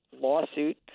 lawsuit